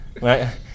right